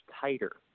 tighter